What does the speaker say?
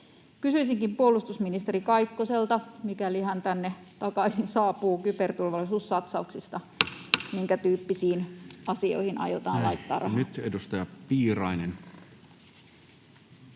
Kysyisinkin puolustusministeri Kaikkoselta, mikäli hän tänne takaisin saapuu, kyberturvallisuussatsauksista: minkä tyyppisiin asioihin aiotaan laittaa rahaa? [Speech 109] Speaker: